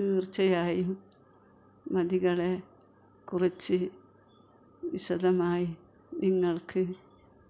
തീർച്ചയായും നദികളെ കുറിച്ച് വിശദമായി നിങ്ങൾക്ക്